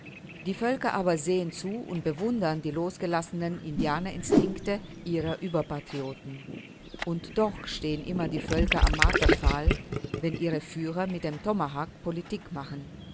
die völker aber sehen zu und bewundern die losgelassenen indianerinstinkte ihrer überpatrioten und doch stehen immer die völker am marterpfahl wenn ihre führer mit dem tomahawk politik machen